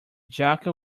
jaka